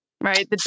right